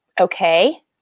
Okay